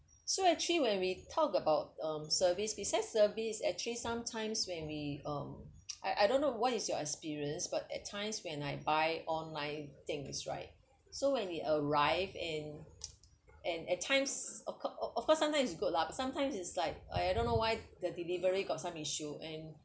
so actually when we talk about um service besides service actually sometimes when me um I I don't know what is your experience but at times when I buy online things right so when we arrive and and at times of course of of course sometimes is good lah but sometimes is like I don't know why the delivery got some issue and